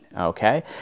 Okay